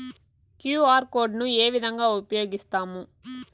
QR code ను ఏ విధంగా ఉపయగిస్తాము?